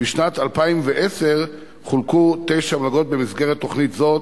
בשנת 2010 חולקו תשע מלגות במסגרת תוכנית זו